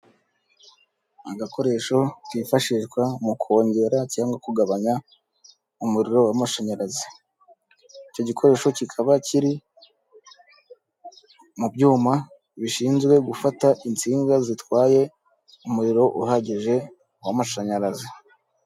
Agakoresho kifashishwa mu kongera cyangwa kugabanya umuriro w'amashanyarazi. Icyo gikoresho kikaba kiri mu byuma bishinzwe gufata insinga zitwaye umuriro uhagije w'amashanyarazi.